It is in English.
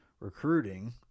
recruiting